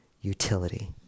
utility